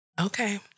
Okay